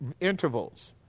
intervals